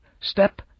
Step